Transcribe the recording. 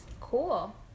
cool